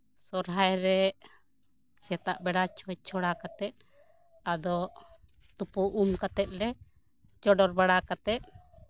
ᱥᱚᱦᱨᱟᱭᱨᱮ ᱥᱮᱛᱟᱜ ᱵᱮᱲᱟ ᱪᱷᱚᱸᱪ ᱪᱷᱚᱲᱟ ᱠᱟᱛᱮᱜ ᱟᱫᱚ ᱛᱩᱯᱩ ᱩᱢ ᱠᱟᱛᱮᱜᱞᱮ ᱪᱚᱰᱚᱨ ᱵᱟᱲᱟ ᱠᱟᱛᱮᱜ